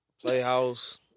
Playhouse